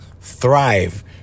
thrive